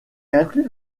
inclut